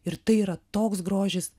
ir tai yra toks grožis